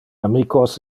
amicos